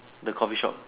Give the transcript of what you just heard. the coffee shop